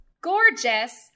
gorgeous